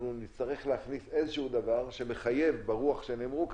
נצטרך להכניס איזשהו דבר שמחייב ברוח של הדברים שנאמרו כאן,